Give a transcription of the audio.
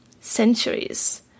centuries